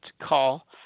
call